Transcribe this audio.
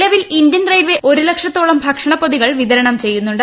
നിലവിൽ Indian railway ഒരു ലക്ഷത്തോളം ഭക്ഷണ പ്പൊതികൾ വിതരണം ചെയ്യുന്നുണ്ട്